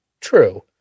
True